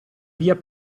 via